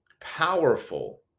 powerful